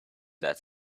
that